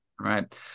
right